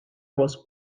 was